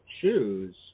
choose